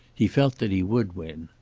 he felt that he would win.